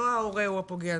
לא ההורה או הפוגע,